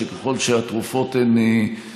שככל שהתרופות הן,